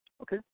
Okay